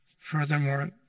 Furthermore